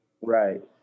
Right